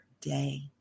day